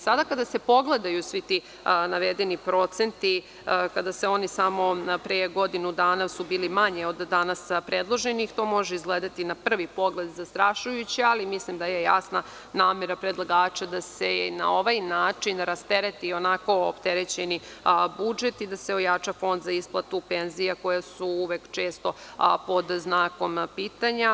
Sada kada se pogledaju svi ti navedeni procenti, na pre godinu dana bili su manji od danas predloženih, to može izgledati na prvi pogled zastrašujuće, ali mislim da je jasna namera predlagača da se na ovaj način rastereti i onako opterećeni budžet i da se ojača Fond za isplatu penzija koje su uvek često pod znakom pitanja.